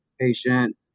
patient